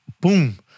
boom